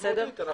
משמעותית.